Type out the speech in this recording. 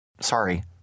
Sorry